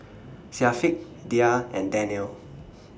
Syafiq Dhia and Daniel